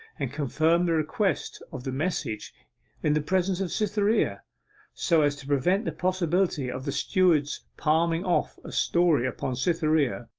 and confirm the request of the message in the presence of cytherea so as to prevent the possibility of the steward's palming off a story upon cytherea,